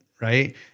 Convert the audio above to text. right